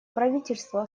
правительство